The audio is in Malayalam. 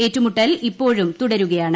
ഏറ്റുമുട്ടൽ ഇപ്പോഴും തുടരുകയാണ്